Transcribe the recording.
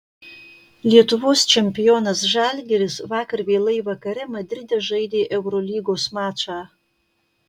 lietuvos čempionas žalgiris vakar vėlai vakare madride žaidė eurolygos mačą